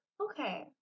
Okay